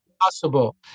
possible